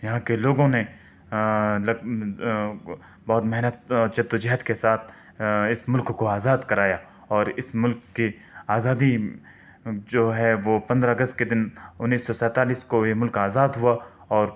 یہاں کے لوگوں نے بہت محنت جدوجہد کے ساتھ اس ملک کو آزاد کرایا اور اس ملک کی آزادی جو ہے وہ پندرہ اگست کے دن انیس سو سینتالیس کو یہ ملک آزاد ہوا اور